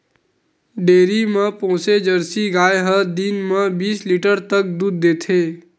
dairy म पोसे Jersey गाय ह दिन म बीस लीटर तक दूद देथे